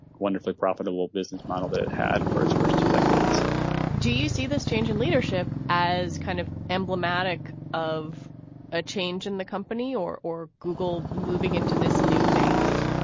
wonderfully profitable business model that it had for its first two decades do you see this change in leadership as kind of emblematic of a change in the company or or google moving into this new phase?